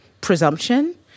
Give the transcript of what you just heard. presumption